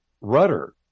rudder